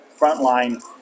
frontline